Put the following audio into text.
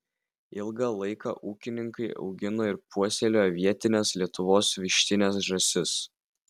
ilgą laiką ūkininkai augino ir puoselėjo vietines lietuvos vištines žąsis